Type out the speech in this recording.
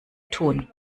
tun